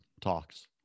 talks